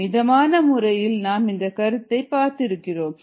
மிதமான முறையில் நாம் இந்த கருத்தை பார்த்திருக்கிறோம்